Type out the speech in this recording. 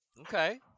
Okay